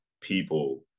people